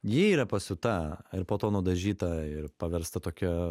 ji yra pasiūta ir po to nudažyta ir paversta tokia